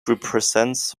represents